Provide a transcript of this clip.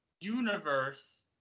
universe